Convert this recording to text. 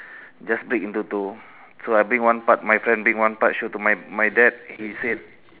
just break into two so I bring one part my friend bring one part show to my my dad he said